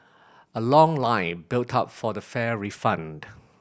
a long line built up for the fare refund